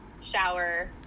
shower